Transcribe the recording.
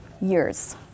years